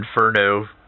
Inferno